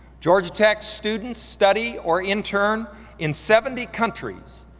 georgia tech students study or intern in seventy countries,